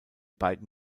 beiden